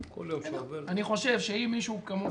אני חושב שאם מישהו כמוך,